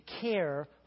care